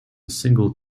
single